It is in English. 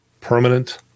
permanent